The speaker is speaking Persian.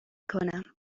کنم